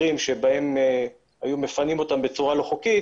לשם היו מפנים אותם בצורה לא חוקית.